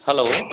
hello